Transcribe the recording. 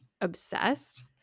obsessed